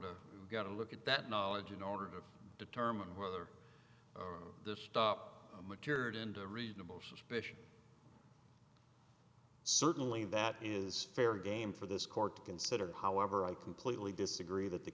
to get a look at that knowledge in order to determine whether this stuff matured into reasonable suspicion certainly that is fair game for this court to consider however i completely disagree that the